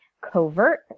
covert